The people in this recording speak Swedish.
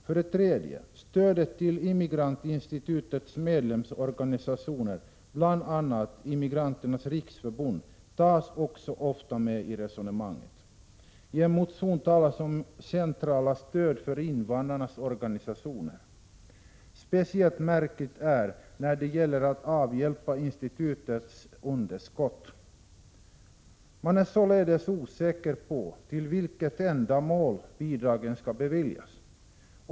För det tredje tas stödet till Immigrantinstitutets medlemsorganisationer, bl.a. Immigranternas riksförbund, ofta med i resonemanget. I en motion talas det om det centrala stödet för invandrarnas organisationer. Speciellt märkligt är stödet att avhjälpa institutets underskott. Man är således osäker om till vilket ändamål bidragen skall beviljas.